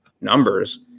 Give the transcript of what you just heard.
numbers